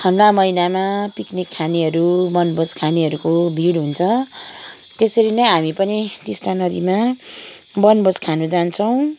ठन्डा महिनामा पिकनिक खानेहरू वनभोज खानेहरूको भिड हुन्छ त्यसरी नै हामी पनि टिस्टा नदीमा वनभोज खान जान्छौँ